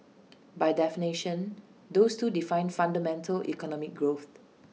by definition those two define fundamental economic growth